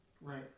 Right